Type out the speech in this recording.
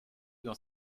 dans